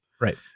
Right